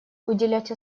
уделять